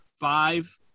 five